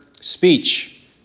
speech